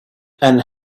and